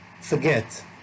forget